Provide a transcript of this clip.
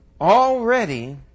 already